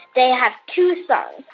they have two suns.